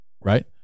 right